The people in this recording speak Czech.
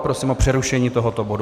Prosím o přerušení tohoto bodu.